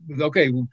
okay